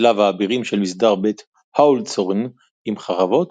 צלב האבירים של מסדר בית הוהנצולרן עם חרבות,